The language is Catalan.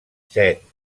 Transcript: set